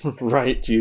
Right